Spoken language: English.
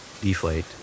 Deflate